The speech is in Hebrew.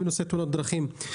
בנושא תאונות דרכים.